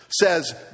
says